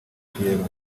pierro